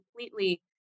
completely